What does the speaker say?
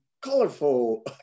colorful